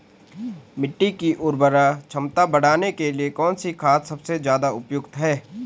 मिट्टी की उर्वरा क्षमता बढ़ाने के लिए कौन सी खाद सबसे ज़्यादा उपयुक्त है?